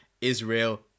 Israel